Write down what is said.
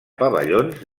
pavellons